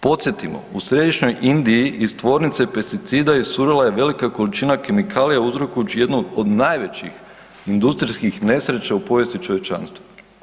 Podsjetimo, u središnjoj Indiji, iz tvornice pesticida iscurila je velika količina kemikalija uzrokujući jednu od najvećih industrijskih nesreća u povijesti čovječanstva.